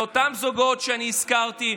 אותם זוגות שהזכרתי,